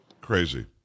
Crazy